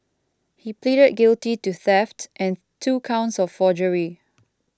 he pleaded guilty to theft and two counts of forgery